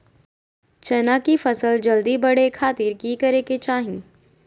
चना की फसल जल्दी बड़े खातिर की करे के चाही?